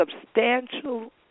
substantial